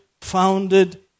founded